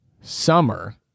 summer